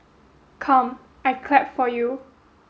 come I clap for you